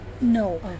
no